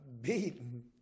beaten